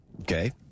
Okay